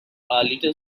little